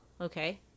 okay